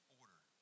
order